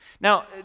Now